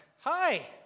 hi